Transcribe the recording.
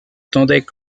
tendaient